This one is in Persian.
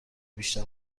بیشتر